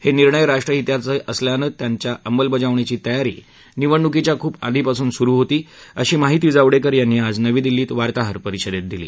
हे निर्णय राष्ट्रहिताचे असल्यानं त्यांच्या अंमलबजावणीची तयारी निवडणुकीच्या खूप आधीपासूनच सुरु होती अशी माहिती जावडेकर यांनी आज नवी दिल्लीत वार्ताहर परिषदेत दिली